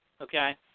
Okay